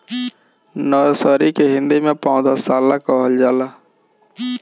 nursery के हिंदी में पौधशाला कहल जाला